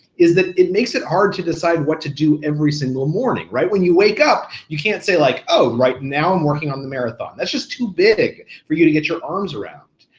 is that it makes it hard to decide what to do every single morning when you wake up. you can't say like, oh, right now i'm working on the marathon. that's just too big for you to get your arms around.